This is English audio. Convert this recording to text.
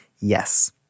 yes